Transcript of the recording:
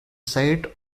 site